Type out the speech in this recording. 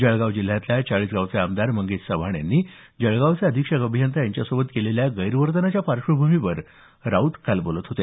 जळगाव जिल्ह्यातल्या चाळीसगावचे आमदार मंगेश चव्हाण यांनी जळगावचे अधिक्षक अभियंता यांच्यासोबत केलेल्या गैरवर्तनाच्या पार्श्वभूमीवर राऊत काल बोलत होते